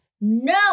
No